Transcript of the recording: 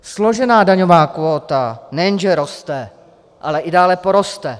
Složená daňová kvóta nejenže roste, ale i dále poroste.